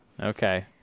Okay